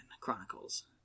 Chronicles